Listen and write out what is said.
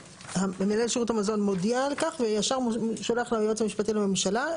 מנהל שירות המזון מודיע על כך וישר שולח ליועץ המשפטי לממשלה,